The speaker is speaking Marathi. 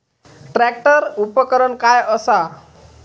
ट्रॅक्टर उपकरण काय असा?